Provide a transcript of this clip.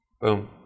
boom